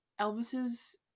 Elvis's